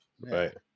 Right